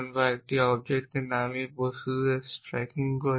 বা একটি অবজেক্ট নামিয়ে বস্তুতে স্ট্যাকিং করেন